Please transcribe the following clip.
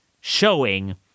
showing